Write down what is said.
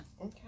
Okay